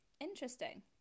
interesting